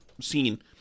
scene